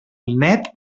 nét